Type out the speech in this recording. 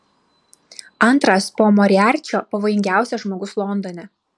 antras po moriarčio pavojingiausias žmogus londone